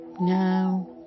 Now